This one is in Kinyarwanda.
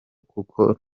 kuko